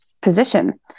position